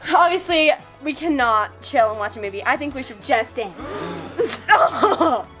obviously we cannot chill and watch a movie, i think we should just and ah